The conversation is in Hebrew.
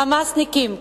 "חמאסניקים",